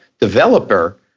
developer